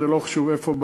וזה לא חשוב איפה,